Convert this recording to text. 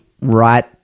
right